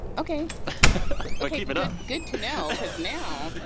ok but keep it up. good to know because now.